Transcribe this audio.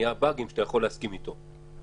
נהיים באגים שאתה יכול להסכים איתו.